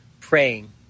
praying